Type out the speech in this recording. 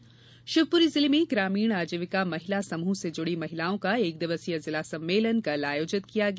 आजीविका समूह शिवपुरी जिले में ग्रामीण आजीविका महिला समूह से जुड़ी महिलाओं का एक दिवसीय जिला सम्मेलन कल आयोजित किया गया